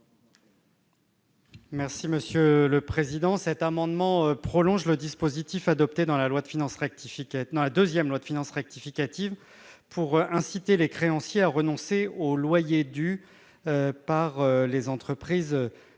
M. Rémi Féraud. Cet amendement vise à prolonger le dispositif adopté dans la deuxième loi de finances rectificative pour inciter les créanciers à renoncer aux loyers dus par les entreprises locataires